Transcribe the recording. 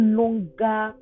longer